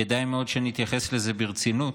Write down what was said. כדאי מאוד שנתייחס לזה ברצינות.